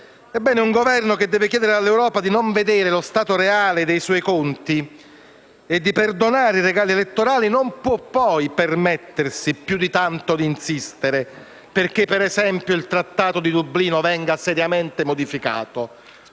italiani. Un Governo che deve chiedere all'Europa di non vedere lo stato reale dei suoi conti e di perdonare i regali elettorali non può poi permettersi più di tanto di insistere affinché - per esempio - il Regolamento di Dublino venga seriamente modificato